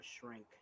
shrink